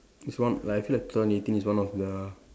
it's one like I feel like two thousand eighteen is one of the